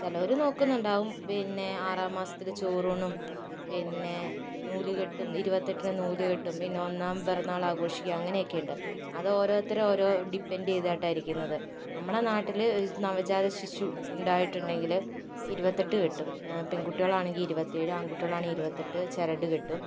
ചിലർ നോക്കുന്നുണ്ടാകും പിന്നെ ആറാം മാസത്തിൽ ചോറൂണും പിന്നെ നൂല്കെട്ടും ഇരുപത്തെട്ടിന് നൂല്കെട്ടും പിന്നെ ഒന്നാം പിറന്നാളാഘോഷിക്കുക അങ്ങനെയൊക്കെയുണ്ട് അതൊരോർത്തർ ഓരോ ഡിപ്പൻറ് ചെയ്തിട്ടാണ് ഇരിക്കുന്നത് നമ്മളുടെ നാട്ടിൽ നവജാത ശിശു ഉണ്ടായിട്ടുണ്ടെങ്കിൽ ഇരുപത്തെട്ടുകെട്ടും പെൺകുട്ടികളാണെങ്കിൽ ഇരുപത്തേഴ് ആൺകുട്ടികളാണെ ഇരുപത്തെട്ട് ചരട് കെട്ടും